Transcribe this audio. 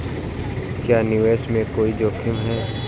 क्या निवेश में कोई जोखिम है?